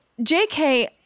JK